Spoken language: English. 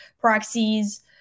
proxies